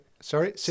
Sorry